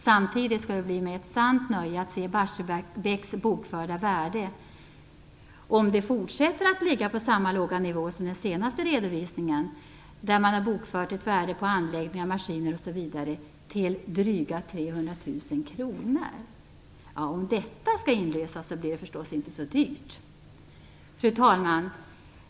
Samtidigt skall det bli mig ett sant nöje att se Barsebäcks bokförda värde, om det fortsätter att ligga på samma låga nivå som vid den senaste redovisningen, där man har bokfört det till ett värde på anläggningar, maskiner osv. till dryga 300 000 kr. Om detta skall inlösas blir det förstås inte så dyrt. Fru talman!